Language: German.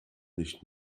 nicht